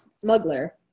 smuggler